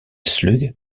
slug